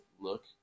look